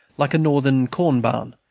like a northern corn-barn,